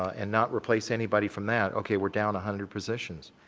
and not replace anybody from that, okay we're down a hundred positions.